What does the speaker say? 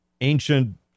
ancient